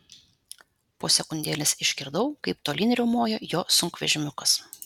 po sekundėlės išgirdau kaip tolyn riaumoja jo sunkvežimiukas